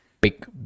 big